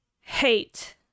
hate